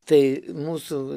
tai mūsų